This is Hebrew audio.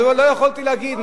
אבל לא יכולתי להגיד,